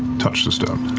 touch the stone.